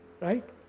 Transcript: right? –